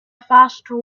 faster